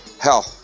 Hell